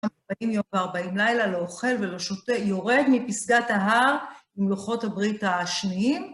40 יום ו-40 לילה לאוכל ולשותה יורד מפסגת ההר למלוכות הברית השניים.